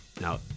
Now